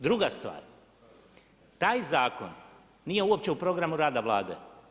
Druga stvar, taj zakon nije uopće u programu rada Vlade.